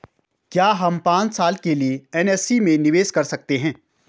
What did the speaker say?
क्या हम पांच साल के लिए एन.एस.सी में निवेश कर सकते हैं?